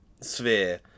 sphere